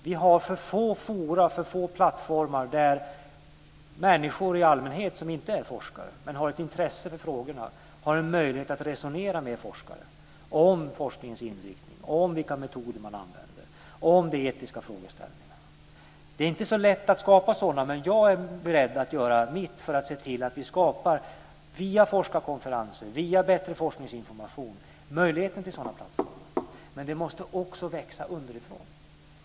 Vi har för få forum, för få plattformar, där människor i allmänhet som inte är forskare men som har ett intresse för frågorna har en möjlighet att resonera med forskare om forskningens inriktning, om vilka metoder som används och om de etiska frågeställningarna. Det är inte så lätt att skapa sådana forum men jag är beredd att göra mitt för att se till att det via forskarkonferenser och bättre forskningsinformation skapas möjligheter till sådana här plattformar. Detta måste dock också växa underifrån.